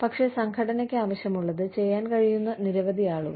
പക്ഷേ സംഘടനയ്ക്ക് ആവശ്യമുള്ളത് ചെയ്യാൻ കഴിയുന്ന നിരവധി ആളുകൾ